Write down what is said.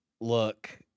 look